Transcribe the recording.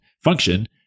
function